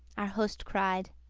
our hoste cried,